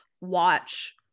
watch